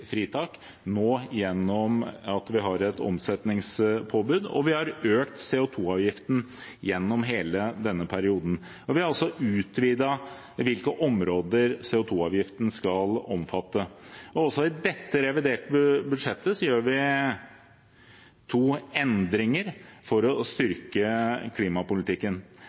et omsetningspåbud. Vi har økt CO 2 -avgiften gjennom hele denne perioden. Vi har også utvidet hvilke områder CO 2 -avgiften skal omfatte. I dette reviderte budsjettet gjør vi to endringer for å styrke klimapolitikken.